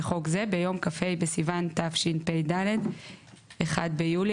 לחוק זה ביום כ"ה בסיוון התשפ"ד (1 ביולי